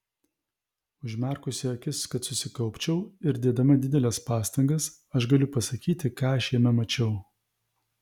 užmerkusi akis kad susikaupčiau ir dėdama dideles pastangas aš galiu pasakyti ką aš jame mačiau